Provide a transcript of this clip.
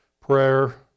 prayer